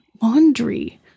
Laundry